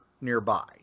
nearby